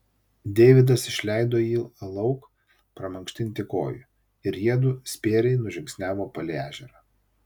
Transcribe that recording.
deividas išleido jį lauk pramankštinti kojų ir jiedu spėriai nužingsniavo palei ežerą